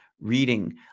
reading